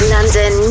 London